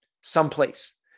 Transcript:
someplace